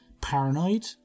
paranoid